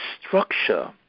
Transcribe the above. structure